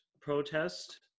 protest